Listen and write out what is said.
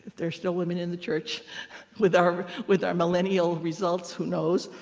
there are still women in the church with our with our millennial results, who knows?